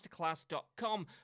masterclass.com